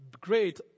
great